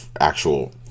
actual